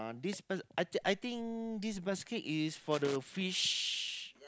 uh this bas~ I thi~ I think this basket is for the fish